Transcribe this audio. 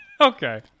Okay